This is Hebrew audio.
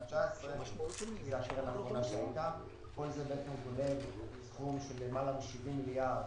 2019. כל זה מתבטא בסכום של למעלה מ-70 מיליארד